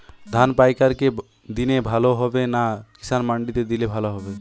ধান পাইকার কে দিলে ভালো হবে না কিষান মন্ডিতে দিলে ভালো হবে?